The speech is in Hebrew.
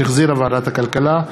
שהחזירה ועדת הכלכלה,